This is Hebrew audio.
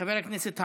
חבר הכנסת מהעבודה,